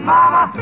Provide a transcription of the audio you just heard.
Mama